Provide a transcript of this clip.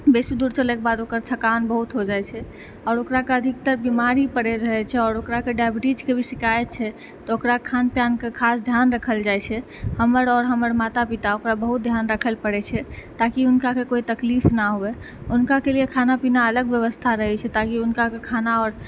बेसी दूर चलैके बाद ओकर थकान बहुत हो जाइ छै आओर ओकराके अधिकतर बीमार ही पड़ै रहै छै आओर ओकराके डाइबिटीजके भी शिकाइत छै तऽ ओकरा खान पानके खास ध्यान रखल जाइ छै हमर आओर हमर माता पिता ओकरा बहुत ध्यान राखल पड़ै छै ताकि उनकाके कोइ तकलीफ न हुए उनकाके लिए खाना पीना अलग व्यवस्था रहै छै ताकि उनका खाना आओर